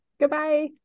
Goodbye